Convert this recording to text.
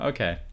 Okay